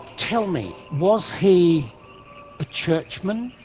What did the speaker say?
tell me, was he a churchman,